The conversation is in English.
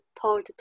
told